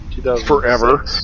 Forever